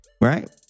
right